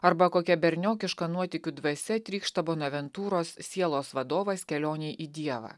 arba kokia berniokiška nuotykių dvasia trykšta bonaventūros sielos vadovas kelionei į dievą